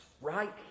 right